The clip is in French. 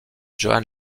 johan